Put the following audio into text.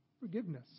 forgiveness